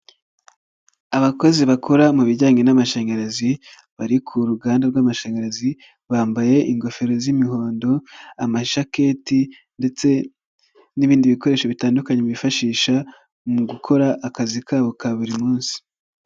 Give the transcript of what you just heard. Abakozi bakora mu bijyanye n'amashanyarazi bari ku ruganda rw'amashanyarazi, bambaye ingofero z'imihondo, amashaketi ndetse n'ibindi bikoresho bitandukanye bifashisha mu gukora akazi kabo ka buri munsi.